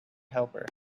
helper